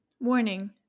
Warning